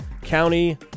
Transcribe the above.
County